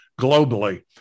globally